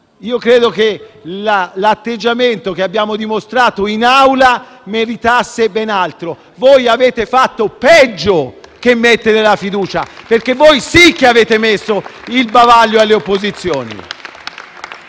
Io credo che l'atteggiamento che abbiamo dimostrato in Aula meritasse ben altro. Voi avete fatto peggio che mettere la fiducia, perché voi sì che avete messo il bavaglio alle opposizioni.